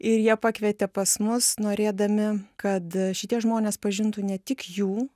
ir jie pakvietė pas mus norėdami kad šitie žmonės pažintų ne tik jų